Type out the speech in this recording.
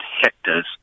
hectares